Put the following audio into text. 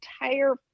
entire